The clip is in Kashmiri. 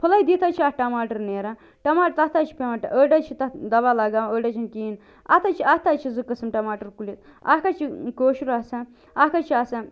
فٕلے دِتھ حظ چھِ اَتھ ٹماٹر نیران ٹما تتھ تہِ حظ چھِ پیٚوان ٲڑۍ حظ چھِ تتھ دوا لگاوان أڑۍ حظ چھِنہٕ کِہیٖنۍ اَتھ حظ چھِ اَتھ تہِ حظ چھِ زٕ قسٕم ٹماٹر کُلِس اَکھ حظ چھُ کٲشُر آسان اَکھ حظ چھُ آسان